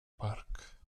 park